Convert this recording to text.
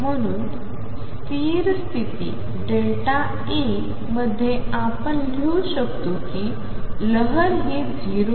म्हणून स्थिर स्थिती E मध्ये आपण लिहू शकतो कि लहर हि 0